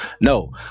No